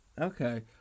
Okay